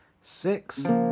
six